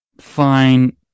fine